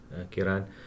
Kiran